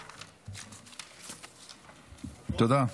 תודה.